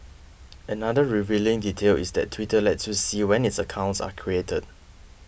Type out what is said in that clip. another revealing detail is that Twitter lets you see when its accounts are created